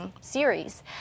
series